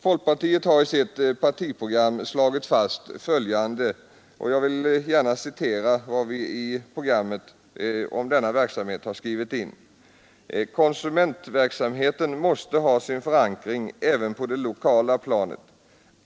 Folkpartiet har i sitt partiprogram slagit fast följande — jag vill gärna citera vad vi har skrivit in i programmet om denna verksamhet: ”Konsumentverksamheten måste ha sin förankring även på det lokala planet.